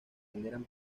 generan